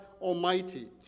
Almighty